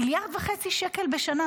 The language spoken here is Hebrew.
מיליארד וחצי שקלים בשנה,